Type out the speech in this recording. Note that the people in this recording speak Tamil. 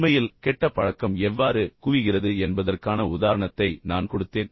உண்மையில் கெட்ட பழக்கம் எவ்வாறு குவிகிறது என்பதற்கான உதாரணத்தை நான் கொடுத்தேன்